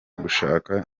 gushaka